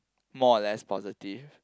more or less positive